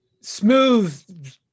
Smooth